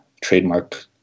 trademark